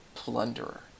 Plunderer